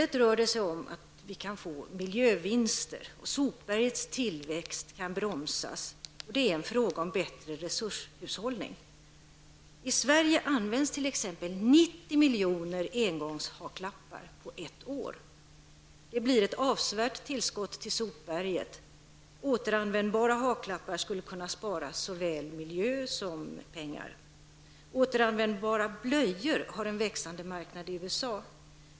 Det handlar i stället om att vi kan göra miljövinster och att sopbergets tillväxt kan bromsas. Det är en fråga om bättre resurshushållning. I Sverige används t.ex. 90 miljoner engångshaklappar på ett år. Det blir ett avsevärt tillskott till sopberget. Återanvändbara haklappar skulle kunna spara såväl miljö som pengar. Återanvändbara blöjor har en växande marknad i USA.